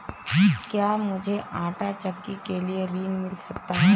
क्या मूझे आंटा चक्की के लिए ऋण मिल सकता है?